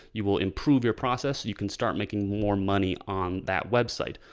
you will improve your process, you can start making more money on that website.